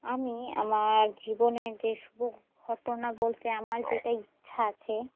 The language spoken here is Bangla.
আমি আমার জীবনে যে শুভ ঘটনা বলতে আমার যেটা ইচ্ছা আছে